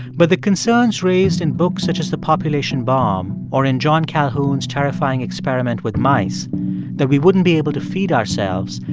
but the concerns raised in books such as the population bomb or in john calhoun's terrifying experiment with mice that we wouldn't be able to feed ourselves,